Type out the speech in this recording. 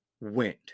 went